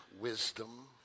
wisdom